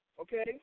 okay